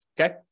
okay